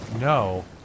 No